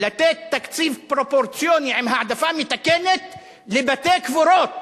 לתת תקציב פרופורציוני עם העדפה מתקנת לבתי-הקברות